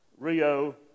Rio